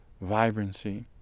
vibrancy